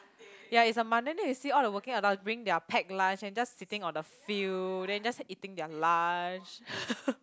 ya is a Monday then you see all the working adult bringing their packed lunch and just sitting on the field then just eating their lunch